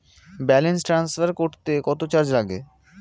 Balance transfer করতে কত charge লাগে?